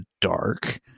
dark